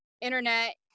internet